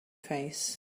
face